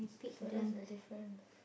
so that's the difference